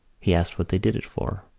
he asked what they did it for.